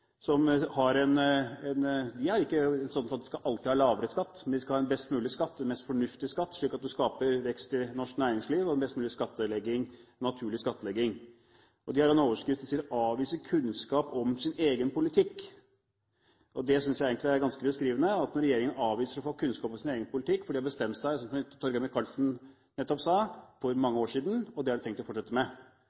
skatt og en best mulig naturlig skattlegging, slik at man skaper vekst i norsk næringsliv. De har en overskrift som sier: «Avviser kunnskap om sin egen politikk!» Og det synes jeg egentlig er ganske beskrivende, at regjeringen avviser å få kunnskap om sin egen politikk fordi de har bestemt seg, som Torgeir Micaelsen nettopp sa, for mange år siden, og det har de tenkt å fortsette med.